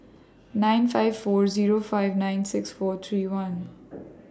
nine five four Zero five nine six four three one